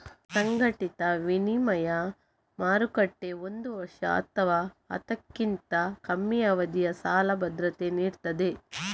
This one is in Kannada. ಸಂಘಟಿತ ವಿನಿಮಯ ಮಾರುಕಟ್ಟೆ ಒಂದು ವರ್ಷ ಅಥವಾ ಅದಕ್ಕಿಂತ ಕಮ್ಮಿ ಅವಧಿಯ ಸಾಲ ಭದ್ರತೆ ನೀಡ್ತದೆ